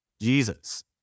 Jesus